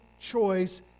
choice